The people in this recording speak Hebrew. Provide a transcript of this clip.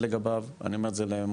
היא לא מתאמצת לגביו,